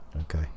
okay